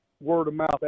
word-of-mouth